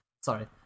Sorry